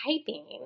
typing